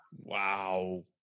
Wow